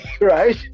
right